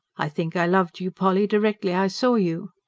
i think i loved you, polly, directly i saw you.